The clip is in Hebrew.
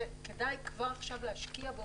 שכדאי כבר עכשיו להשקיע בו,